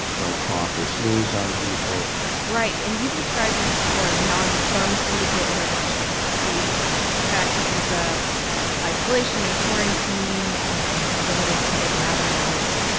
don't cough or sneeze on people right. and you've described these before as nonpharmaceutical interventions, these practices of isolation and quarantine and limiting public gatherings.